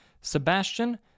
Sebastian